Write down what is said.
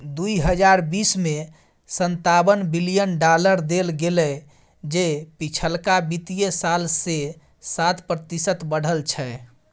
दुइ हजार बीस में सनतावन बिलियन डॉलर देल गेले जे पिछलका वित्तीय साल से सात प्रतिशत बढ़ल छै